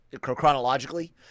chronologically